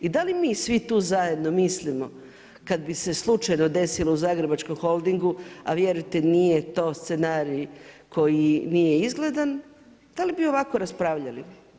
I da li mi svi tu zajedno mislimo kad bi se slučajno desilo u Zagrebačkom holdingu, a vjerujte, nije to scenarij koji nije izgledan, da li bi ovako raspravljali?